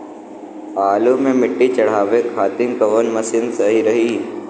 आलू मे मिट्टी चढ़ावे खातिन कवन मशीन सही रही?